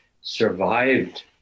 survived